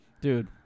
dude